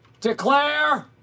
declare